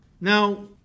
Now